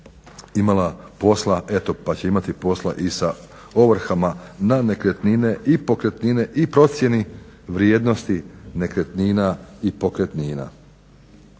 imala posla eto pa će imati posla i sa ovrhama na nekretnine i pokretnine i procijeni vrijednosti nekretnina i pokretnina.